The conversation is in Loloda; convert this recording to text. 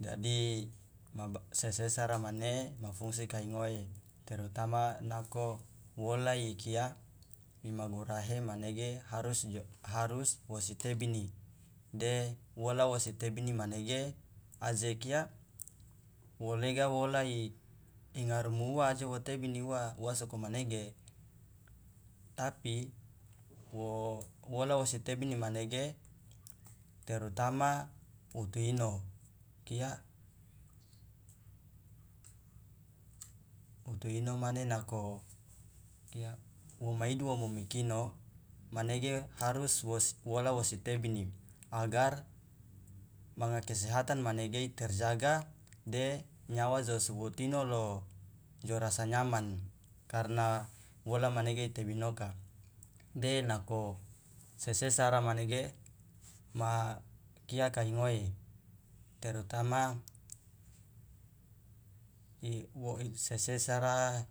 jadi ma sesera mane ma fungsi kai ngoe terutama nako wola ikia imagurahe manege harus jo harus wositebini de wola wosi tebini manege aje kia wolega wola i ngarumu uwa aje wo tebini uwa uwa sokomanege tapi wo wola wosi tebini manege terutama wutu ino okia uwut ino mane nako okia woma idu womomikino manege harus wola wosi tebini agar manga kesehatan manege iterjaga de nyawa jo suwutino lo jo rasa nyaman karna wola manege itebinoka de nako sesesara manege ma kia kai ngoe terutama sesesara